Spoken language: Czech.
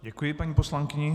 Děkuji paní poslankyni.